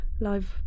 Live